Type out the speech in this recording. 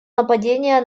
нападение